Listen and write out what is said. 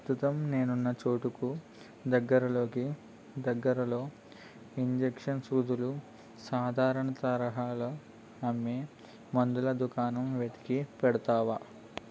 ప్రస్తుతం నేనున్న చోటుకు దగ్గరలోకి దగ్గరలో ఇంజెక్షన్ సూదులు సాధారణ తరహాలో అమ్మే మందుల దుకాణం వెతికి పెడతావా